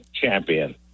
champion